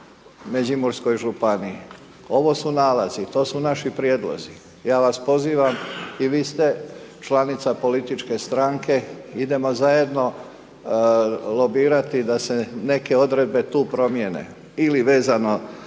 Međimurskoj županiji, ovo su nalazi, to su naši prijedlozi. Ja vas pozivam, i vi ste članica političke stranke, idemo zajedno lobirati da se neke odredbe tu promijene ili vezano